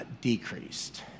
decreased